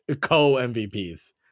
co-MVPs